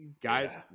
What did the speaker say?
Guys